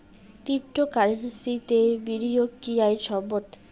ক্রিপ্টোকারেন্সিতে বিনিয়োগ কি আইন সম্মত?